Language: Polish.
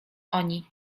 oni